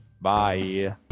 bye